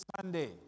Sunday